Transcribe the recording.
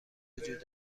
وجود